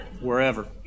wherever